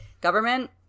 government